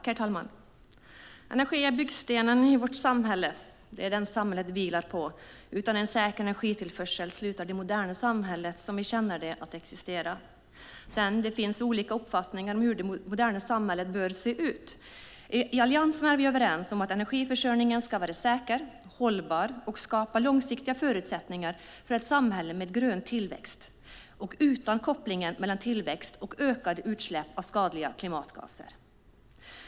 Herr talman! Energi är byggstenen i vårt samhälle. Det är den samhället vilar på. Utan en säker energitillförsel slutar det moderna samhället som vi känner det att existera. Det finns dock olika uppfattningar om hur det moderna samhället bör se ut. I Alliansen är vi överens om att energiförsörjningen ska vara säker och hållbar och skapa långsiktiga förutsättningar för ett samhälle med grön tillväxt och utan koppling mellan tillväxt och ökade utsläpp av skadliga klimatgaser.